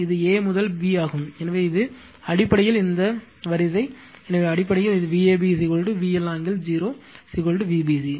இது a முதல் b ஆகும் எனவே இது அடிப்படையில் இந்த வரிசை எனவே அடிப்படையில் இது Vab விஎல் ஆங்கிள் 0 விபிசி